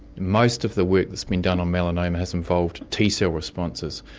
most of the work that's been done on melanoma has involved t-cell responses,